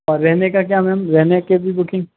और रहने का क्या मैम रहने के भी बुकिंग